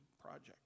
project